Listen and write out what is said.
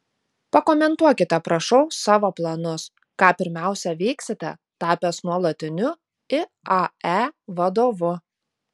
pakomentuokite prašau savo planus ką pirmiausia veiksite tapęs nuolatiniu iae vadovu